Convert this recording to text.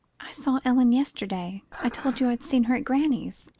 i saw ellen yesterday i told you i'd seen her at granny's.